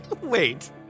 Wait